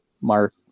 mark